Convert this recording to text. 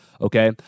Okay